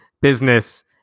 business